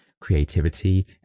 creativity